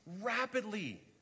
rapidly